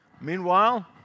Meanwhile